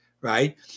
right